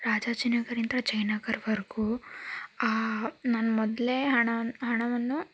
ರಾಜಾಜಿನಗರಿಂದ ಜಯನಗರ್ವರೆಗೂ ನಾನು ಮೊದಲೇ ಹಣವನ್ನು ಹಣವನ್ನು